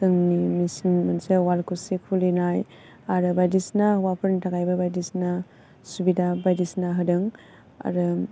जोंनि मेसिन मोनसे वालखुसि खुलिनाय आरो बायदिसिना हौवाफोरनि थाखायबो बायदिसिना सुबिदा बायदिसिना होदों आरो